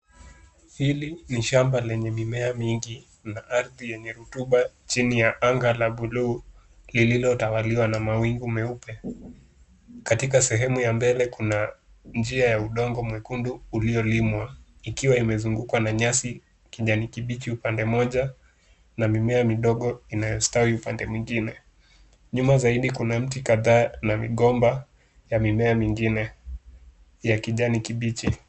Hili ni shamba lenye mimea mingi na ardhi yenye rutuba chini ya anga la bluu lililotawaliwa na mawingu meupe. Katika sehemu ya mbele kuna njia ya udongo mwekundu uliolimwa ikiwa imezungukwa na nyasi kijani kibichi upande mmoja na mimea midogo inayostawi upande mwingine. Nyuma zaidi kuna miti kadhaa na migomba ya mimea mingine ya kijani kibichi.